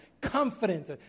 confident